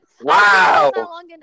wow